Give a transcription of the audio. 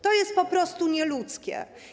To jest po prostu nieludzkie.